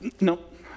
nope